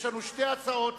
יש לנו שתי הצעות סיכום.